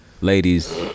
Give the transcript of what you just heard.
ladies